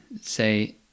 say